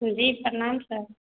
जी प्रणाम सर